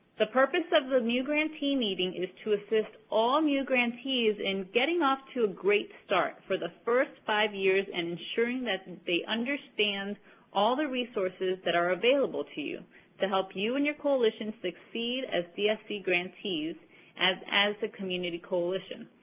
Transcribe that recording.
the purpose of the new grantee meeting is to assist all new grantees in getting off to a great start for the first five years, and ensuring that and they understand all the resources that are available to you to help you and your coalition succeed as dfc grantees and as a community coalition.